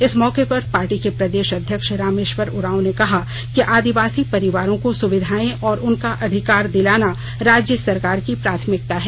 इस मौके पर पार्टी के प्रदेश अध्यक्ष रामेश्वर उरांव ने कहा कि आदिवासी परिवारों को सुविधाएं और उनका अधिकार दिलाना राज्य सरकार की प्राथमिकता है